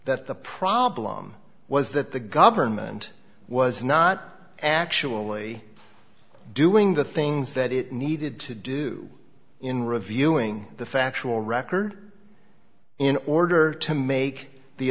that the problem was that the government was not actually doing the things that it needed to do in reviewing the factual record in order to make the